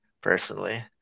personally